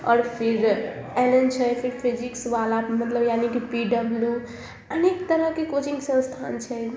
आओर फिर ऐलन छै फिर फिजिक्स बाला मतलब यानि की पी डब्लू अनेक तरहके कोचिंग संस्थान छै